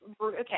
okay